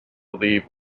leave